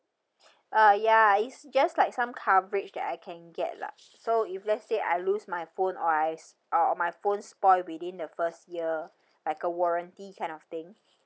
uh ya it's just like some coverage that I can get lah so if let's say I lose my phone or I s~ or or my phone spoil within the first year like a warranty kind of thing